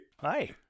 hi